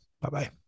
Bye-bye